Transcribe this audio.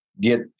get